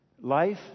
Life